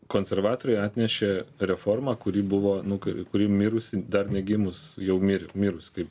konservatoriai atnešė reformą kuri buvo nukai kuri mirusi dar negimus jau mirė mirus kaip